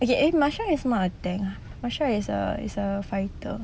yet eh masha is not a tank masha is a is a fighter